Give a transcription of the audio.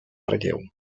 relleu